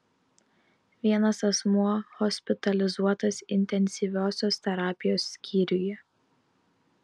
vienas asmuo hospitalizuotas intensyviosios terapijos skyriuje